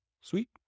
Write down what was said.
Sweet